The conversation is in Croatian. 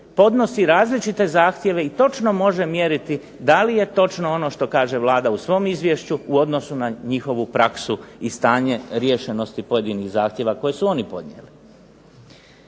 podnosi različite zahtjeve i točno može mjeriti da li je točno ono što kaže Vlada u svom izvješću, u odnosu na njihovu praksu i stanje riješenosti pojedinih zahtjeva koje su oni podnijeli.